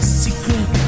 secret